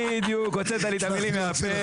בדיוק, הוצאת לי את המילים מהפה.